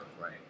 Right